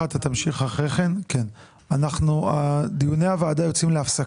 אך יהיה זכאי לגמול בעבור השתתפות בישיבות